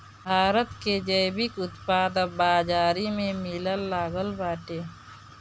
भारत में जैविक उत्पाद अब बाजारी में मिलेलागल बाटे